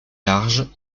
larges